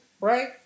right